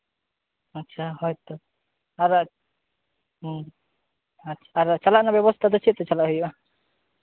ᱟᱪᱪᱷᱟ ᱦᱳᱭ ᱛᱚ ᱟᱨ ᱦᱮᱸ ᱟᱨ ᱪᱟᱞᱟᱜ ᱨᱮᱱᱟᱜ ᱵᱮᱵᱚᱥᱛᱷᱟ ᱫᱚ ᱪᱮᱫ ᱛᱮ ᱪᱟᱞᱟᱜ ᱦᱩᱭᱩᱜᱼᱟ